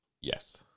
Yes